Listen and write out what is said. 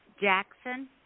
Jackson